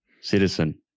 citizen